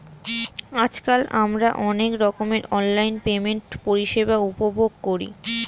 আজকাল আমরা অনেক রকমের অনলাইন পেমেন্ট পরিষেবা উপভোগ করি